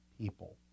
people